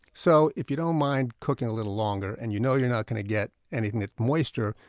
so if you don't mind cooking a little longer, and you know you're not going to get anything moister,